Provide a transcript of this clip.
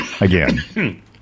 again